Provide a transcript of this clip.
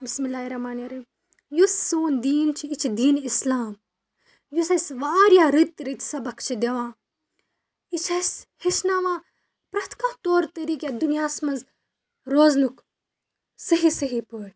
بِسمہِ اللہِ الرحمان رحیٖم یُس سون دیٖن چھِ یہِ چھِ دیٖنہِ اسلام یُس اَسہِ واریاہ رٔتۍ رٔتۍ سبق چھِ دِوان یہِ چھِ اَسہِ ہیٚچھناوان پرٛٮ۪تھ کانٛہہ طور طریٖقہٕ یَتھ دُنیاہَس منٛز روزنُک صحیح صحیح پٲٹھۍ